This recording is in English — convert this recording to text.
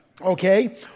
Okay